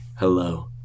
Hello